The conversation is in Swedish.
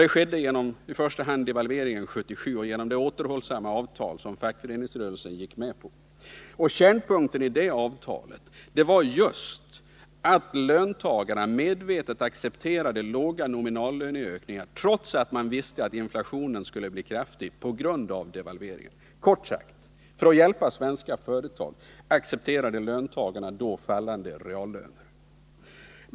Det skedde i första hand genom devalveringarna 1977 och genom det återhållsamma avtal som fackföreningsrörelsen gick med på. Kärnpunkten i detta avtal var just att löntagarna medvetet accepterade låga nominallöneökningar, trots att de visste att inflationen skulle bli kraftig på grund av devalveringen. Kort sagt: För att hjälpa svenska företag accepterade löntagarna då fallande reallöner.